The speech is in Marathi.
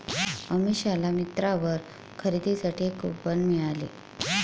अमिषाला मिंत्रावर खरेदीसाठी एक कूपन मिळाले